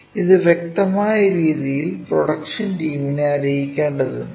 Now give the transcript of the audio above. ഇത് വ്യക്തമായ രീതിയിൽ പ്രൊഡക്ഷൻ ടീമിനെ അറിയിക്കേണ്ടതുണ്ട്